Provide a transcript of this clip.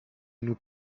nous